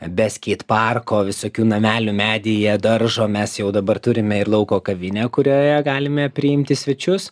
be skeit parko visokių namelių medyje daržo mes jau dabar turime ir lauko kavinę kurioje galime priimti svečius